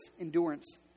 endurance